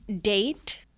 date